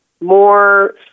more